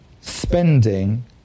spending